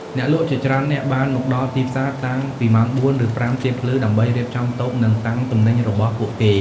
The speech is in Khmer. អ្នកលក់ជាច្រើននាក់បានមកដល់ទីផ្សារតាំងពីម៉ោង ៤ ឬ ៥ ទៀបភ្លឺ ដើម្បីរៀបចំតូប និងតាំងទំនិញរបស់ពួកគេ។